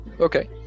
Okay